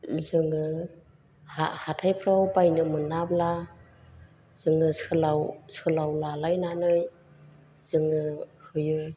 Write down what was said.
जोङो हाथायफ्राव बायनो मोनाब्ला जोङो सोलाव सोलाव लालायनानै जोङो होयो